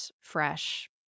fresh